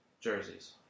jerseys